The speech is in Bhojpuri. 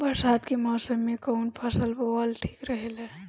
बरसात के मौसम में कउन फसल बोअल ठिक रहेला?